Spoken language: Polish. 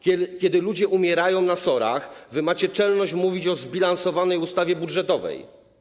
Kiedy ludzie umierają na SOR-ach, wy macie czelność mówić o zbilansowanej ustawie budżetowej.